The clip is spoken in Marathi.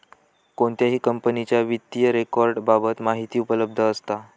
कोणत्याही कंपनीच्या वित्तीय रेकॉर्ड बाबत माहिती उपलब्ध असता